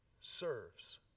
serves